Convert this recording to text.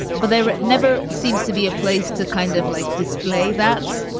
but there never seems to be a place to kind of like display that.